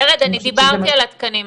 ורד, אני דיברתי על התקנים.